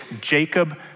Jacob